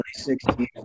2016